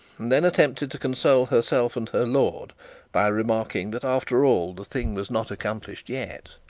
and then attempted to console herself and her lord by remarking that, after all, the thing was not accomplished yet.